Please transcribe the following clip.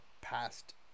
past